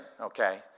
okay